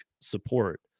support